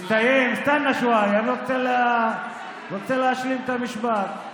סטנה שוואיה, אני רוצה להשלים את המשפט.